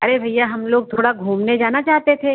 अरे भैया हम लोग थोड़ा घूमने जाना चाहते थे